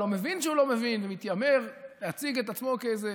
ולא מבין שהוא לא מבין ומתיימר להציג את עצמו כאיזה